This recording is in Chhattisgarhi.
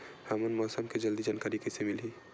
हमला मौसम के जल्दी जानकारी कइसे मिलही?